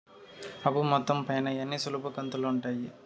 అప్పు మొత్తం పైన ఎన్ని సులభ కంతులుగా ఉంటాయి?